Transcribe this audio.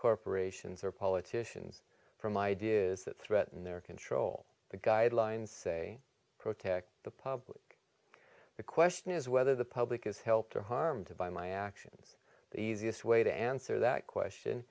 corporations or politicians from ideas that threaten their control the guidelines say protect the public the question is whether the public is helped or harmed by my actions the easiest way to answer that question